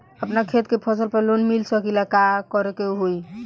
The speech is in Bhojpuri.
अपना खेत के फसल पर लोन मिल सकीएला का करे के होई?